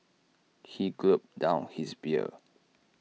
he gulped down his beer